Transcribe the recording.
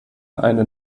eine